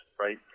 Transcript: right